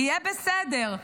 יהיה בסדר,